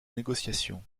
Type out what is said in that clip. négociation